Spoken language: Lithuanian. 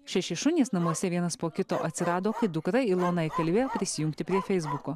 šeši šunys namuose vienas po kito atsirado kai dukra iloną įkalbėjo prisijungti prie feisbuko